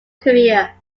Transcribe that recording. career